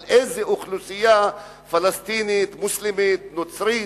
על איזו אוכלוסייה פלסטינית, מוסלמית, נוצרית,